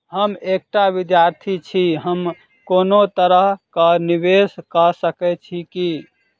हम एकटा विधार्थी छी, हम कोनो तरह कऽ निवेश कऽ सकय छी की?